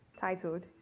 titled